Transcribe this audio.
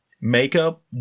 Makeup